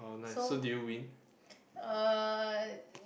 so uh